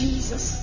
Jesus